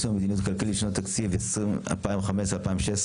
יישום המדיניות הכלכלית לשנות התקציב 2015 ו-2016,